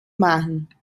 machen